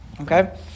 okay